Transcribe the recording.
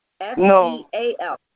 S-E-A-L